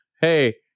hey